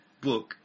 book